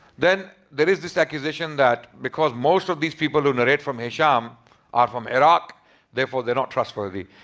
then there is this accusation that because most of these people who narrate from hishaam are from iraq therefore they're not trustworthy.